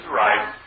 right